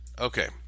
okay